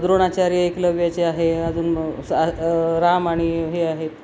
द्रोणाचार्य एकलव्याचे आहे अजून राम आणि हे आहेत